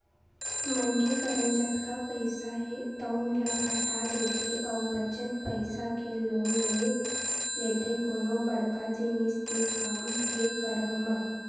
मनखे करन जतका पइसा हे तउन ल पटा देथे अउ बचत पइसा के लोन ले लेथे कोनो बड़का जिनिस के काम के करब म